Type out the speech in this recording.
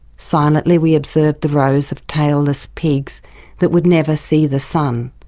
silently we observed the rows of tail-less pigs that would never see the sun,